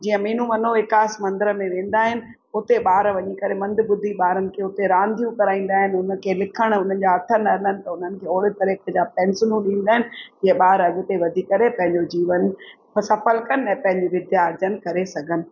जीअं मीनू मनोविकास मंदर में वेंदा आहिनि हुते ॿार वञी करे मंदॿुधी ॿारनि खे हुते रांदियूं कराईंदा आहिनि हुन खे लिखणु उन्हनि जा हथ न हलनि त उन्हनि खे ओहिड़े तरीक़े जा पैंसिलूं ॾींदा आहिनि जीअं ॿार अॻिते वधी करे पंहिंजो जीवन सफल कनि ऐं विध्या अर्जन करे सघनि